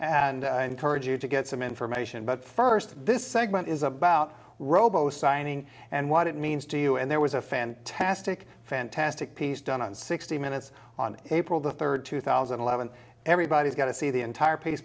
i encourage you to get some information but first this segment is about robo signing and what it means to you and there was a fantastic fantastic piece done on sixty minutes on april the third two thousand and eleven everybody's got to see the entire p